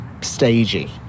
stagey